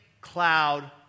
cloud